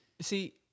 See